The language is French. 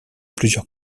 plusieurs